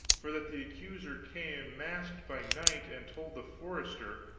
for that the accuser came masked by night, and told the forester,